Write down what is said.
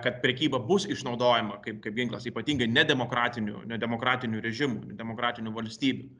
kad prekyba bus išnaudojama kaip kaip ginklas ypatingai nedemokratinių nedemokratinių režimų nedemokratinių valstybių